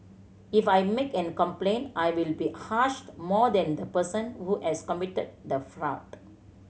if I make a complaint I will be harassed more than the person who has committed the fraud